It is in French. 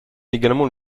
également